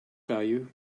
value